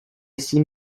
seem